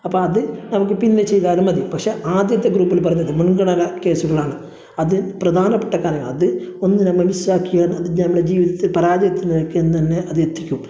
അപ്പം അത് നമുക്ക് പിന്നെ ചെയ്താലും മതി പക്ഷേ ആദ്യത്തെ ഗ്രൂപ്പിൽ പറഞ്ഞത് മുൻഗണന കേസുകളാണ് അത് പ്രധാനപ്പെട്ട കാര്യങ്ങൾ അത് ഒന്ന് നമ്മൾ മിസ്സാക്കിയാൽ അത് പിന്നെ നമ്മൾ ജീവിതത്തിൽ പരാജയത്തിലേക്ക് തന്നെ അത് എത്തിക്കും